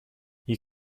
you